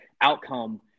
outcome